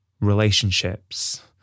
relationships